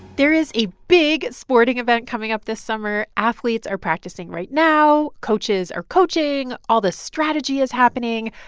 there is a big sporting event coming up this summer. athletes are practicing right now. coaches are coaching. all this strategy is happening.